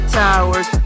towers